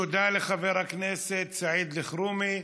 תודה לחבר הכנסת סעיד אלחרומי.